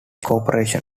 corporation